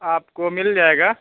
آپ کو مل جائے گا